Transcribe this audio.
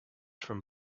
from